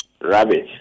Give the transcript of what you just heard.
Rabbit